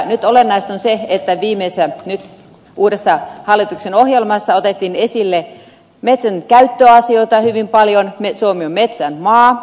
nyt olennaista on se että viimeistään nyt uudessa hallituksen ohjelmassa otettiin esille metsänkäyttöasioita hyvin paljon suomi on metsän maa